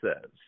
says